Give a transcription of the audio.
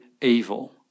evil